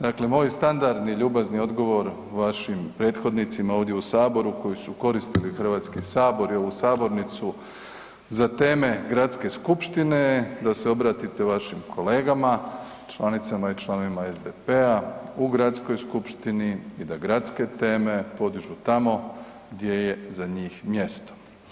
Dakle, moj standardni ljubazni odgovor vašim prethodnicima ovdje u saboru, koji su koristili Hrvatski sabor i ovu sabornicu za teme gradske skupštine da se obratite vašim kolegama članicama i članovima SDP-a u gradskoj skupštini i da gradske teme podižu tamo gdje je za njih mjesto.